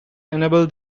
enable